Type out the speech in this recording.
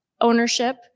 ownership